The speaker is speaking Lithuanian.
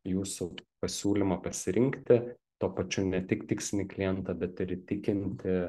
jūsų pasiūlymą pasirinkti tuo pačiu ne tik tikslinį klientą bet ir įtikinti